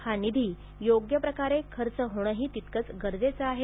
हा निधी योग्यप्रकारे खर्च होणेही तितकेच गरजेचं आहे